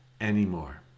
anymore